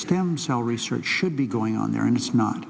stem cell research should be going on there and it's not